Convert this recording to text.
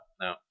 no